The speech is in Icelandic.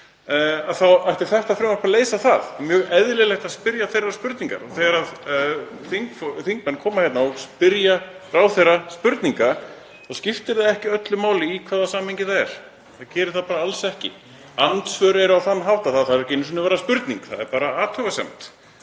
þá átti þetta frumvarp að leysa það og því er mjög eðlilegt að spyrja þeirrar spurningar. Þegar þingmenn koma hérna og spyrja ráðherra spurninga þá skiptir það ekki öllu máli í hvaða samhengi það er. Það gerir það bara alls ekki. Andsvör eru á þann hátt að það þarf ekki einu sinni að vera spurning. Það er bara athugasemd.